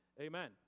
Amen